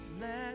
let